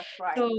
right